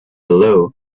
below